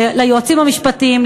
ליועצים המשפטיים,